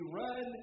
run